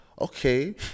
okay